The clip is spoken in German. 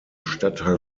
stadtteil